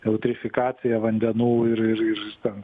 eutrifikacija vandenų ir ir ir ten